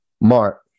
mark